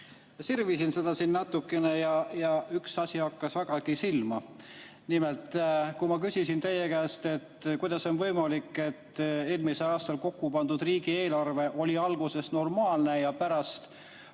Sirvisin seda siin natukene ja üks asi hakkas vägagi silma. Nimelt, kui ma küsisin teie käest, kuidas on võimalik, et eelmisel aastal kokku pandud riigieelarve oli alguses normaalne ja pärast